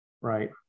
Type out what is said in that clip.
right